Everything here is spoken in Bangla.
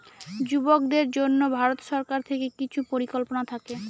যুবকদের জন্য ভারত সরকার থেকে কিছু পরিকল্পনা থাকে